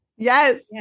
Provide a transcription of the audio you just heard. Yes